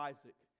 Isaac